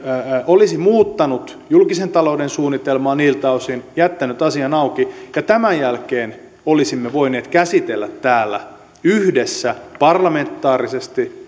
olisi muuttanut julkisen talouden suunnitelmaa niiltä osin jättänyt asian auki ja tämän jälkeen olisimme voineet käsitellä täällä yhdessä parlamentaarisesti